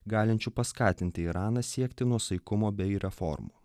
galinčių paskatinti iraną siekti nuosaikumo bei reformų